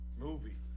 movie